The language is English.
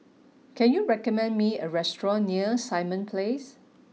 can you recommend me a restaurant near Simon Place